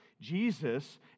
Jesus